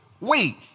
wait